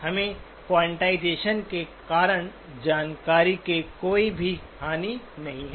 हमे क्वांटाइजेशन के कारण जानकारी के कोई भी हानि नहीं है